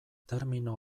termino